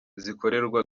zikorerwa